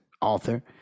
author